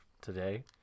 today